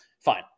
Fine